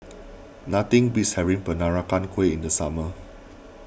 nothing beats having Peranakan Kueh in the summer